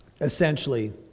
Essentially